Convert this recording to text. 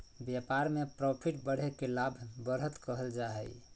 व्यापार में प्रॉफिट बढ़े के लाभ, बढ़त कहल जा हइ